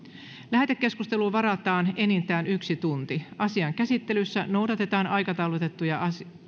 lähetekeskusteluun varataan enintään yksi tunti asian käsittelyssä noudatetaan aikataulutettujen